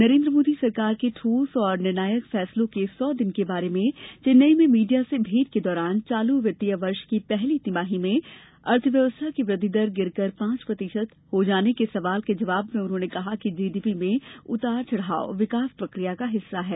नरेन्द्र मोदी सरकार के ठोस और निर्णायक फैसलों के सौ दिन के बारे में चेन्नई में मीडिया से भेंट के दौरान चालू वित्तीय वर्ष की पहली तिमाही में अर्थव्य्वस्था की वृद्धि दर गिरकर पांच प्रतिशत हो जाने के सवाल के जवाब में उन्होंने कहा कि जीडीपी में उतार चढ़ाव विकास प्रक्रिया का हिस्सा है